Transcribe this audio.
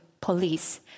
police